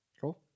Cool